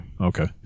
Okay